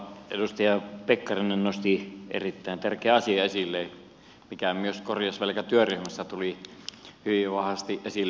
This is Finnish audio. edustaja pekkarinen nosti erittäin tärkeän asian esille mikä myös korjausvelkatyöryhmässä tuli hyvin vahvasti esille